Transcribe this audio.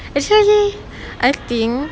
actually I think